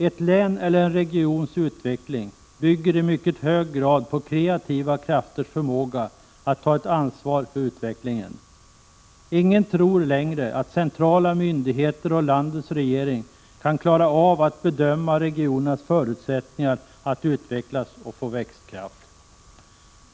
Ett läns eller en regions utveckling bygger i mycket hög grad på kreativa krafters förmåga att ta ett ansvar för utvecklingen. Ingen tror längre att centrala myndigheter och landets regering kan klara av att bedöma regionernas förutsättningar att utvecklas och få växtkraft.